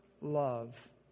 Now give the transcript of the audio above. love